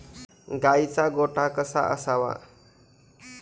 गाईचा गोठा कसा असावा?